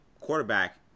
quarterback